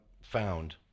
found